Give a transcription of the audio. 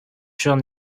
shown